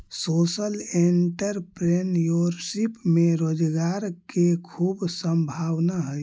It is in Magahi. सोशल एंटरप्रेन्योरशिप में रोजगार के खूब संभावना हई